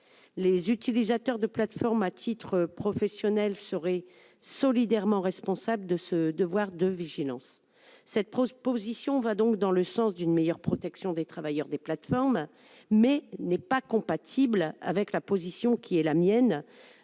Les utilisateurs de plateformes à titre professionnel seraient solidairement responsables de ce devoir de vigilance. Cet amendement va dans le sens d'une meilleure protection des travailleurs des plateformes, mais n'est pas compatible avec ma position, dans la mesure